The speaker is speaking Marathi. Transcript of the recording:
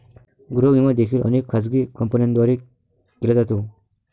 गृह विमा देखील अनेक खाजगी कंपन्यांद्वारे केला जातो